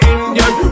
Indian